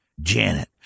Janet